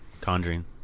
Conjuring